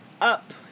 up